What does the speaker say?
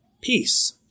peace